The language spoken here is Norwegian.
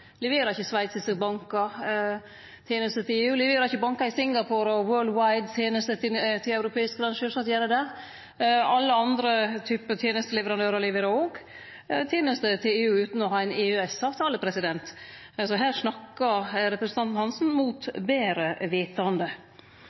Leverer ikkje sveitsiske bankar tenester til EU? Leverer ikkje bankar i Singapore og «worldwide» tenester til europeiske land? Sjølvsagt gjer dei det. Alle andre typar tenesteleverandørar leverer òg tenester til EU utan å ha ein EØS-avtale. Så her snakkar representanten Hansen mot betre